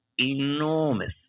enormous